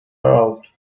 erlaubt